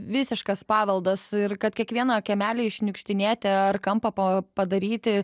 visiškas paveldas ir kad kiekvieną kiemelį iššniukštinėti ar kampą po padaryti